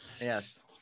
Yes